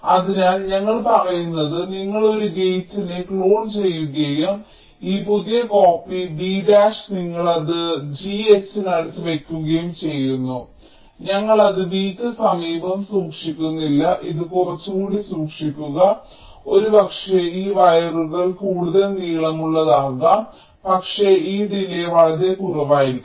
അതിനാൽ ഞങ്ങൾ പറയുന്നത് നിങ്ങൾ ഒരു ഗേറ്റിനെ ക്ലോൺ ചെയ്യുകയും ഈ പുതിയ കോപ്പി v ഡാഷ് നിങ്ങൾ അത് g h ന് അടുത്ത് വയ്ക്കുകയും ചെയ്യുന്നു ഞങ്ങൾ അത് v യ്ക്ക് സമീപം സൂക്ഷിക്കുന്നില്ല ഇത് കുറച്ചുകൂടി സൂക്ഷിക്കുക ഒരുപക്ഷേ ഈ വയറുകൾ കൂടുതൽ നീളമുള്ളതാകാം പക്ഷേ ഈ ഡിലേയ് വളരെ കുറവായിരിക്കും